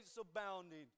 abounding